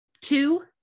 two